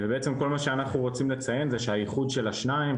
בעצם כל מה שאנחנו רוצים לציין זה שהייחוד של השניים,